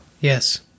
Yes